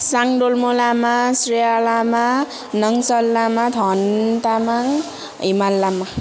Sangdolmo Lama Shreya Lama Nangsal Lama Dhan Tamang Himal Lama